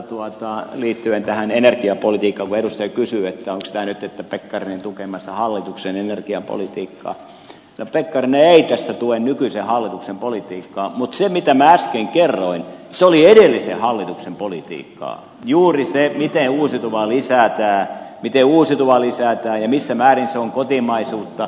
kun edustaja kysyi onko tämä nyt että pekkarinen on tukemassa hallituksen energiapolitiikkaa pekkarinen ei tässä tue nykyisen hallituksen politiikkaa mutta se mitä minä äsken kerroin oli edellisen hallituksen politiikkaa juuri se miten uusiutuvaa lisätään ja missä määrin se on kotimaista